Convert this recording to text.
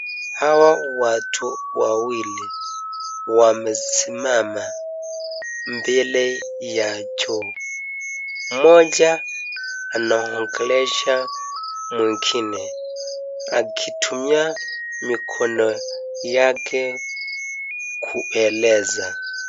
Hawa watu wawili wamesimama mbele ya choo, mmoja anaongelesha mwingine akitumia mikono yake kueleza.